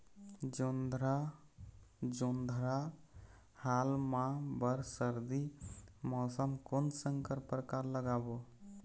जोंधरा जोन्धरा हाल मा बर सर्दी मौसम कोन संकर परकार लगाबो?